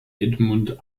edmund